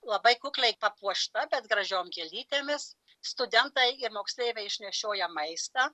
labai kukliai papuošta bet gražiom gėlytėmis studentai ir moksleiviai išnešioja maistą